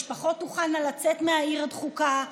ומשפחות תוכלנה לצאת מהעיר הדחוקה,